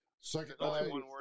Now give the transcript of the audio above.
second